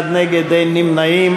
61 נגד, אין נמנעים.